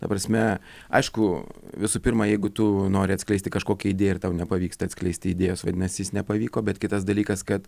ta prasme aišku visų pirma jeigu tu nori atskleisti kažkokią idėją ir tau nepavyksta atskleisti idėjos vadinasi jis nepavyko bet kitas dalykas kad